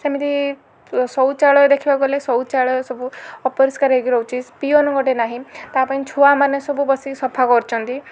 ସେମିତି ଶୌଚାଳୟ ଦେଖିବାକୁ ଗଲେ ଶୌଚାଳୟ ସବୁ ଅପରିଷ୍କାର ହେଇକି ରହୁଛି ପିଅନ ଗୋଟେ ନାହିଁ ତାପାଇଁ ଛୁଆମାନେ ସବୁ ବସିକି ସଫା କରୁଛନ୍ତି